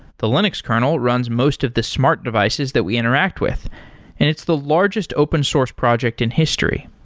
the linux kernel runs most of the smart devices that we interact with and it's the largest open source project in history.